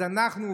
אז אנחנו,